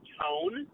tone